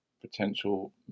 potential